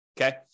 Okay